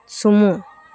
sumo